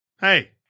Hey